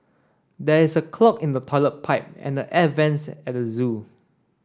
there is a clog in the toilet pipe and air vents at zoo